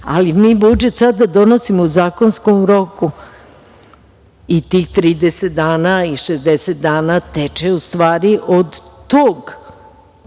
april. Mi budžet sada donosimo u zakonskom roku i tih 30 dana i 60 dana teče u stvari od tog